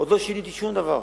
עוד לא שיניתי שום דבר.